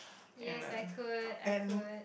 yes I could I could